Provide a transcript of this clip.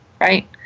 right